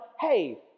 hey